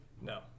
no